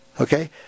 okay